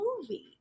movie